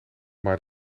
maar